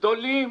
גדולים,